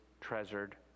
treasured